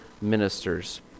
ministers